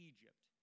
Egypt